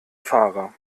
fahrer